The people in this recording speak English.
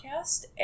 podcast